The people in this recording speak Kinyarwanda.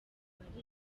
impamvu